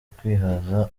kwihaza